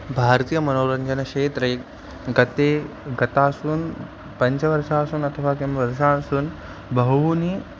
भारतीयमनोरञ्जनक्षेत्रे गते गतासून् पञ्चवर्षासुन् अथवा किं वर्षासुन् बहूनि